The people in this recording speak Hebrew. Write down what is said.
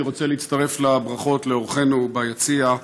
אני רוצה להצטרף לברכות לאורחינו ביציע,